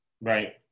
Right